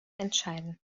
entscheiden